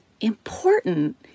important